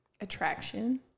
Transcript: attraction